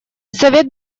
совет